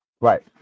Right